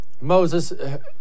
Moses